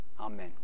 Amen